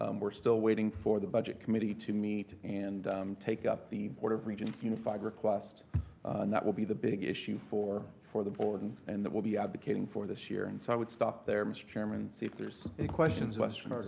um we're still waiting for the budget committee to meet and take up the board of regents' unified request, and that will be the big issue for for the board and and that we'll be advocating for this year. and so i would stop there, mr. chairman, see if there's any questions. chair